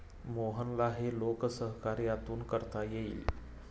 मोहनला हे लोकसहकार्यातून करता येईल